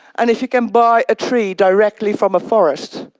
and if you can buy a tree directly from a forest,